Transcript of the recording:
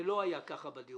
זה לא היה כך בדיון.